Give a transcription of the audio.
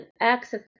access